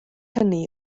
hynny